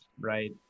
right